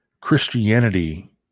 Christianity